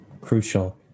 crucial